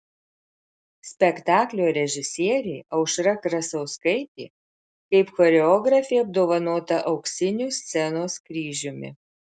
spektaklio režisierė aušra krasauskaitė kaip choreografė apdovanota auksiniu scenos kryžiumi